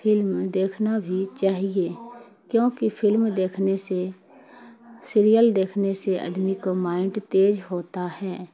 film دیکھنا بھی چاہیے کیونکہ فلم دیکھنے سے سیریل دیکھنے سے آدمی کو مائنڈ تیز ہوتا ہے